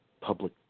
public